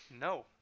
No